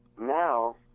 now